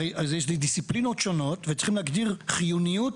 הרי יש דיסציפלינות שונות וצריכים להגדיר חיוניות,